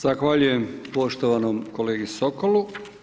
Zahvaljujem poštovanom kolegi Sokolu.